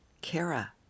kara